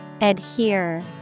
Adhere